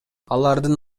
алардын